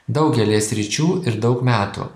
daugelyje sričių ir daug metų